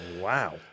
Wow